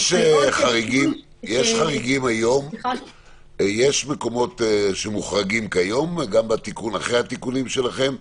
יש מקומות שמוחרגים היום, גם אחרי התיקונים שלכם,